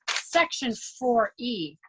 section four e,